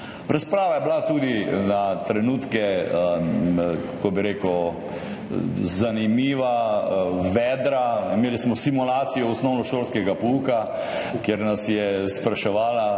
Razprava je bila tudi na trenutke – kako bi rekel? – zanimiva, vedra. Imeli smo simulacijo osnovnošolskega pouka, kjer nas je spraševala